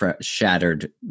shattered